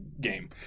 game